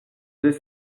dix